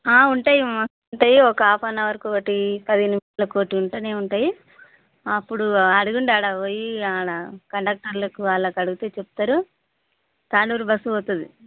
ఉంటాయి అమ్మా ఉంటాయి ఒక హాఫ్ అవర్కి ఒకటి పదిహేను నిమిషాలకి ఒకటి ఉంటూనే ఉంటాయి అప్పుడు అడగండి అక్కడకు పోయి అక్కడ కండక్టర్లకు వాళ్ళకు అడిగితే చెప్తారు తాండూరు బస్సు పోతుంది